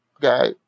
guy